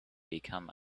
become